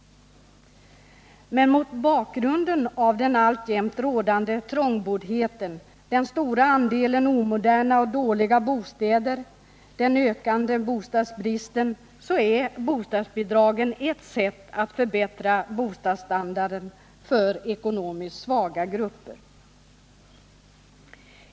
Men mot bakgrunden av den alltjämt rådande trångboddheten, den stora andelen omoderna och dåliga bostäder och den ökande bostadsbristen så är bostadsbidragen ett sätt att förbättra bostadsstandarden för ekonomiskt svaga grupper.